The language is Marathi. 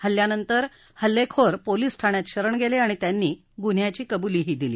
हल्ल्यानंतर हल्लेखोर पोलीस ठाण्यात शरण गेले आणि त्यांनी गुन्ह्याची कबुलीही दिली